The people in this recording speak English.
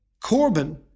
Corbyn